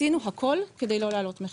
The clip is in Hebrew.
עשינו הכול כדי לא להעלות מחירים.